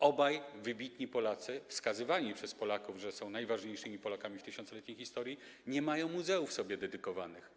Obaj wybitni Polacy, wskazywani przez Polaków jako najważniejsi Polacy w tysiącletniej historii, nie mają muzeów sobie dedykowanych.